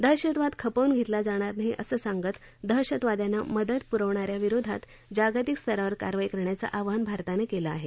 दहशतवाद खपवून घेतला जाणार नाही असं सांगत दहशतवाद्यांना मदत पुरवणा यांविरोधात जागतिक स्तरावर कारवाई करण्याचं आवाहन भारतानं केलं आहे